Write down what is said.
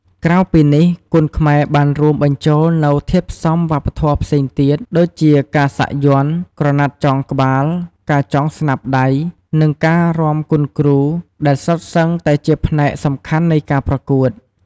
ក្រៅពីនេះ គុនខ្មែរបានរួមបញ្ចូលនូវធាតុផ្សំវប្បធម៌ផ្សេងទៀត ដូចជាការសាក់យ័ន្ត ក្រណាត់ចងក្បាល ការចងស្នាប់ដៃ និងការរាំគុនគ្រូ ដែលសុទ្ធសឹងតែជាផ្នែកសំខាន់នៃការប្រកួត។